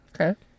Okay